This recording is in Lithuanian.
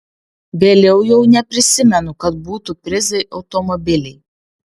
vėliau jau neprisimenu kad būtų prizai automobiliai